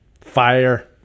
fire